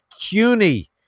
cuny